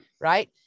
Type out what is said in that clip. right